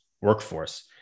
workforce